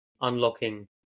unlocking